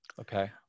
Okay